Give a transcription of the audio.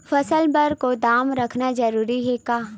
फसल बर गोदाम रखना जरूरी हे का?